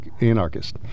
Anarchist